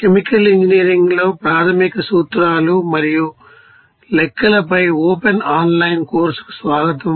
chemical ఇంజనీరింగ్లో ప్రాథమిక సూత్రాలు మరియు లెక్కలపై ఓపెన్ ఆన్లైన్ కోర్సుకు స్వాగతం